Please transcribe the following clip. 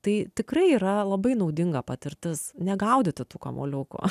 tai tikrai yra labai naudinga patirtis negaudyti tų kamuoliukų